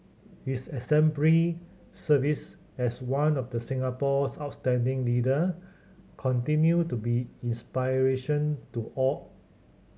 his exemplary service as one of the Singapore's outstanding leader continue to be inspiration to all